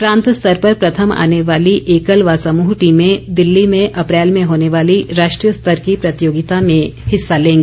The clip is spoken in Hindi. प्रांत स्तर पर प्रथम आने वाली एकल व समूह टीमें दिल्ली में अप्रैल में होने वाली राष्ट्रीय स्तर की प्रतियोगिता में हिस्सा लेंगी